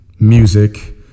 Music